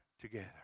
together